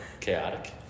chaotic